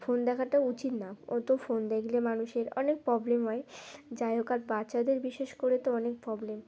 phone দেখাটা উচিত না অ তো ফোন দেখলে মানুষের অনেক প্রবলেম হয় যাই হোক আর বাচ্চাদের বিশেষ করে তো অনেক প্রবলেম